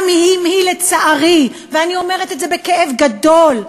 גם אם היא, לצערי, ואני אומרת את זה בכאב גדול,